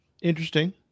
Interesting